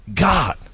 God